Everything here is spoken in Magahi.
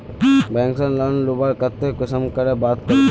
बैंक से लोन लुबार केते कुंसम करे बात करबो?